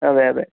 അതെ അതെ